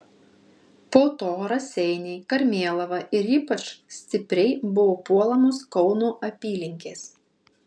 po to raseiniai karmėlava ir ypač stipriai buvo puolamos kauno apylinkės